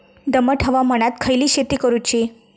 दमट हवामानात खयली शेती करूची?